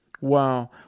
Wow